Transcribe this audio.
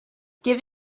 give